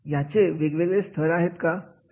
याचे वेगवेगळे थर कोणते आहेत